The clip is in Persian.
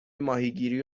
ماهیگیری